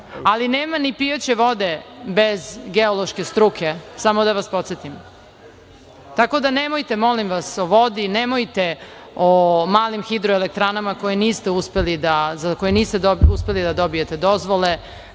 Nema ni pijaće vode bez geološke struke samo da vas podsetim. Nemojte molim vas o vodi, nemojte o malim hidroelektranama za koje niste uspeli da dobijete dozvole,